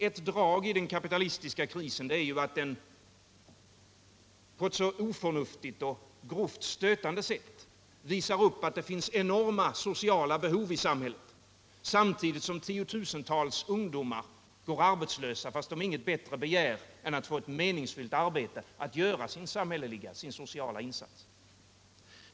Ett drag i den kapitalistiska krisen är ju att den på ett så oförnuftigt och grovt stötande sätt visar att det finns enorma sociala behov i samhället, samtidigt som tiotusentals ungdomar går arbetslösa fast de inget bättre begär än att få ett meningsfyllt arbete, att göra sin sociala insats.